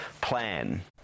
Plan